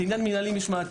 זה עניין מנהלי משמעתי.